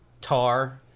tar